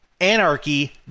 Anarchy